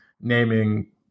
naming